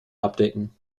abdecken